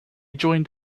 joined